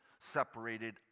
separated